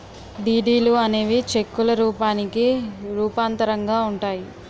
డీడీలు అనేవి చెక్కుల రూపానికి రూపాంతరంగా ఉంటాయి